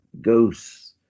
ghosts